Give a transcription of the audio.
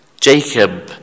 Jacob